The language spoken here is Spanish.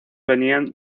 venían